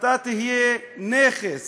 אתה תהיה נכס